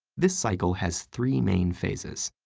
this cycle has three main phases.